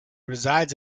resides